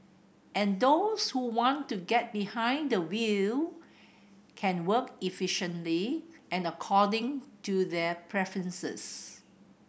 and those who want to get behind the wheel can work efficiently and according to their preferences